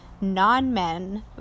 non-men